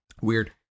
Weird